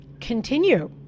Continue